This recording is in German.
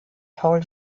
paul